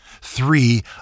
Three